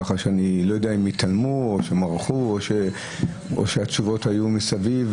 ככה שאני לא יודע אם התעלמו או שמרחו או שהתשובות היו מסביב.